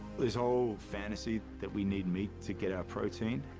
this whole fantasy that we need meat to get our protein,